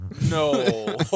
No